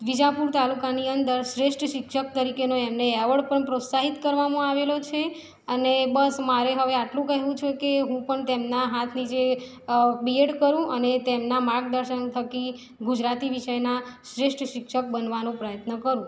વીજાપુર તાલુકાની અંદર શ્રેષ્ઠ શિક્ષક તરીકેનો એમને એવોર્ડ પણ પ્રોત્સાહિત કરવામાં આવેલો છે અને બસ મારે હવે આટલું કહેવું છે કે હું પણ તેમનાં હાથ નીચે અ બી એડ કરું અને તેમનાં માર્ગદર્શન થકી ગુજરાતી વિષયના શ્રેષ્ઠ શિક્ષક બનવાનો પ્રયત્ન કરું